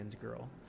girl